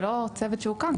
זה לא צוות שהוקם,